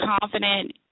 confident